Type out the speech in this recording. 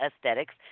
aesthetics